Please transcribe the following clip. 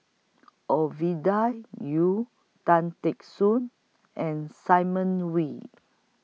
Ovidia Yu Tan Teck Soon and Simon Wee